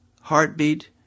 Heartbeat